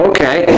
Okay